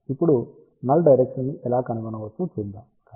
ఇప్పుడు null direction ని ఎలా కనుగొనవచ్చో చూద్దాం